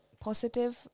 positive